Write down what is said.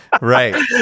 right